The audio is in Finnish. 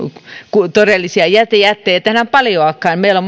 oikein todellisia jätteitä enää paljoakaan meillä